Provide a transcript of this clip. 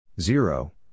Zero